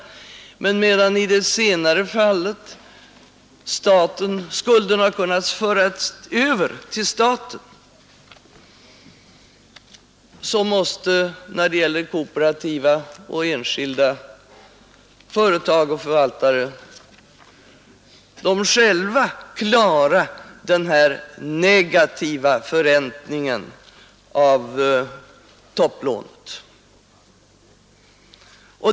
Men medan i det senare fallet skulden har kunnat föras över till staten så måste kooperativa och enskilda företag och förvaltare själva klara den negativa förräntningen av topplånet.